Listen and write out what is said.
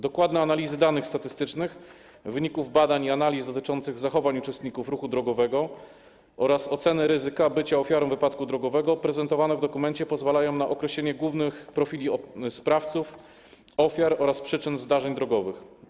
Dokładne analizy danych statystycznych, wyników badań i analizy dotyczące zachowań uczestników ruchu drogowego oraz oceny ryzyka bycia ofiarą wypadku drogowego prezentowane w dokumencie pozwalają na określenie głównych profili sprawców, ofiar oraz przyczyn zdarzeń drogowych.